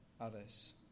others